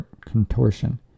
contortion